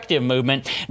movement